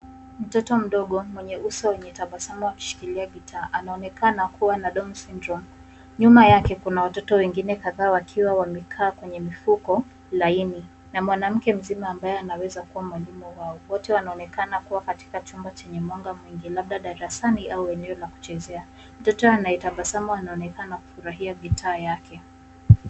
Mtoto mdogo mwenye uso wenye tabasamu akishikilia gitaa, anaonekana kuwa na Downs syndrome .Nyuma yake kuna watoto wengine kadhaa wakiwa wamekaa kwenye mifuko laini na mwanamke mzima ambaye anaweza kuwa mwalimu wao. Wote wanaonekana kuwa katika chumba chenye mwanga mwingi labda darasani au eneo la kuchezea. Mtoto anayetabasamu anaonekana kufurahia gitaa yake.